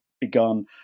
begun